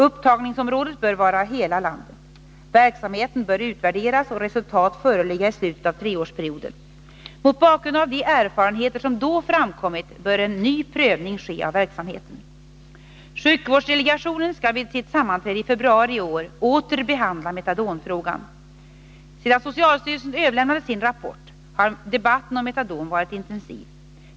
Upptagningsområdet bör vara hela landet. Verksamheten bör utvärderas och resultat föreligga i slutet av treårsperioden. Mot bakgrund av de erfarenheter som då framkommit bör en ny prövning ske av verksamheten. Sjukvårdsdelegationen skall vid sitt sammanträde i februari i år åter behandla metadonfrågan. Sedan socialstyrelsen överlämnade sin rapport har debatten om metadon varit intensiv.